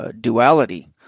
duality